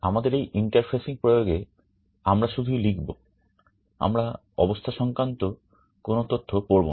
আমাদের এই ইন্টারফেসিং আমরা শুধুই লিখব আমরা অবস্থা সংক্রান্ত কোন তথ্য পড়বো না